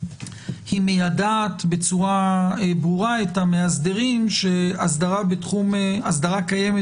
היא מיידעת בצורה ברורה את המאסדרים שאסדרה קיימת